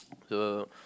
so